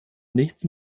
nichts